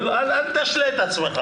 רק אל תשלה את עצמך,